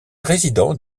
résidents